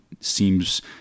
seems